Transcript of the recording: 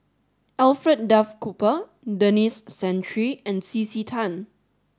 Alfred Duff Cooper Denis Santry and C C Tan